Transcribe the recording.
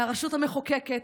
מהרשות המחוקקת,